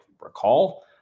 recall